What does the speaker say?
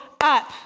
up